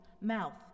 mouth